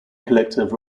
collective